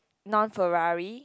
non Ferrari